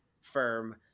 firm